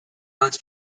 owns